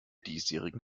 diesjährigen